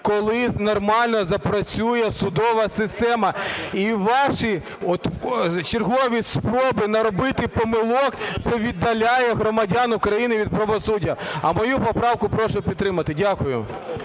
коли нормально запрацює судова система. І ваші чергові спроби наробити помилок - це віддаляє громадян України від правосуддя. А мою поправку прошу підтримати. Дякую.